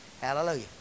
Hallelujah